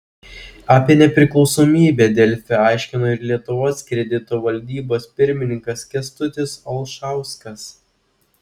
apie nepriklausomybę delfi aiškino ir lietuvos kredito valdybos pirmininkas kęstutis olšauskas